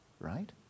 Right